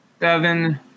seven